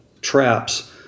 traps